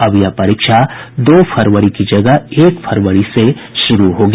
अब यह परीक्षा दो फरवरी की जगह एक फरवरी से शुरू होगी